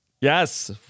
Yes